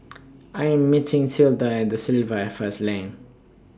I Am meeting Tilda At DA Silva First Lane